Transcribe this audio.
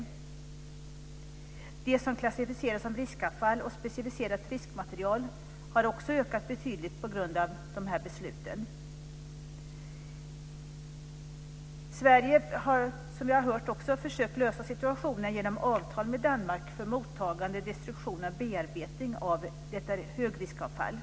Genom dessa beslut har mängderna av det som klassificeras som riskavfall och specificerat riskmaterial ökat betydligt. Sverige har, som vi också har hört, försökt komma till rätta med situationen genom avtal med Danmark för mottagande, destruktion och bearbetning av detta högriskavfall.